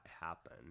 happen